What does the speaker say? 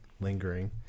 lingering